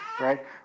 right